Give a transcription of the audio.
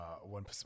one